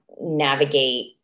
navigate